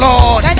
Lord